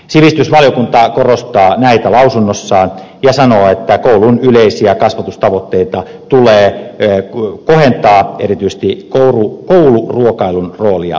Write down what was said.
sivistysvaliokunta korostaa näitä lausunnossaan ja sanoo että koulun yleisiä kasvatustavoitteita tulee kohentaa erityisesti kouluruokailun roolia vahvistamalla